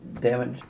damage